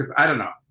i don't know.